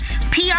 pr